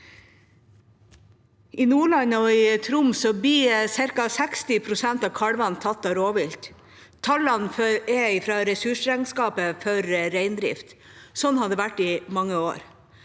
I Nordland og Troms blir ca. 60 pst. av kalvene tatt av rovvilt. Tallene er fra ressursregnskapet for reindrift. Sånn har det vært i mange år.